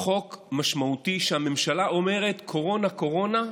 חוק משמעותי, שהממשלה אומרת: קורונה, קורונה,